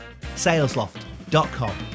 salesloft.com